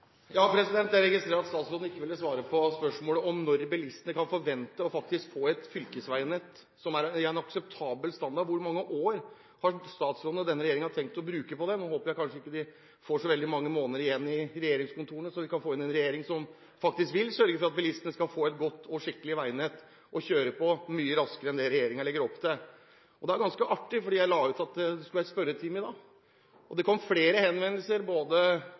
Jeg registrerer at statsråden ikke ville svare på spørsmålet om når bilistene kan forvente faktisk å få et fylkesveinett som har en akseptabel standard. Hvor mange år har statsråden og denne regjeringen tenkt å bruke på dette? Nå håper jeg at de ikke har så mange måneder igjen i regjeringskontorene, og at vi kan få inn en regjering som vil sørge for at bilistene får et godt og skikkelig veinett å kjøre på mye raskere enn det regjeringen legger opp til. Jeg la ut på Facebook at det skulle være spørretime i dag. Det kom flere henvendelser, både